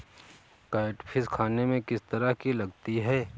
Catfish खाने में किस तरह की लगती है?